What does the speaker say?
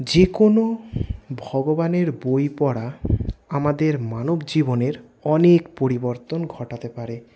যে কোনো ভগবানের বই পড়া আমাদের মানবজীবনের অনেক পরিবর্তন ঘটাতে পারে